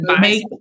Make